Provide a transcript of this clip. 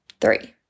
Three